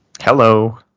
Hello